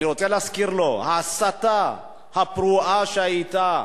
אני רוצה להזכיר לו שההסתה הפרועה שהיתה